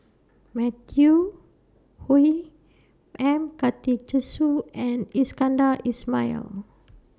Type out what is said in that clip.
Matthew Ngui M Karthigesu and Iskandar Ismail